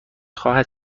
خواهد